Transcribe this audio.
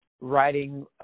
writing